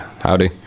Howdy